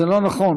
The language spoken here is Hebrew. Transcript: זה לא נכון.